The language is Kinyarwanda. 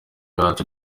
yacu